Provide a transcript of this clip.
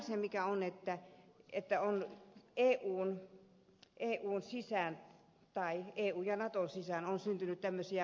toinen asia on että eun ja naton sisään on syntynyt tämmöisiä blokkeja